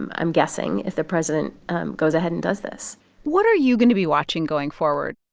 i'm guessing, if the president goes ahead and does this what are you going to be watching going forward?